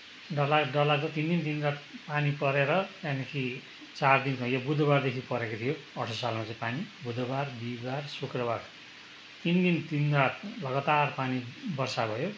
डरला डरलाग्दो तिन दिन तिन रात पानी परेर त्यहाँदेखि चारदिन यो बुधवारदेखि परेको थियो अठसट्ठी सालमा पानी बुधवार बिहीवार शुक्रवार तिन दिन तिन रात लगातार पानी वर्षा भयो